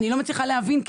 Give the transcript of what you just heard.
אני לא מצליחה להבין,